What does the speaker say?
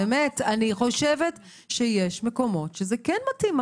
אני חושבת שיש מקומות שהמינוח הזה כן מתאים.